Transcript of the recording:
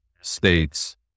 states